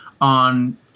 on